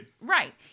Right